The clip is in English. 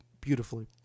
beautifully